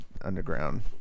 underground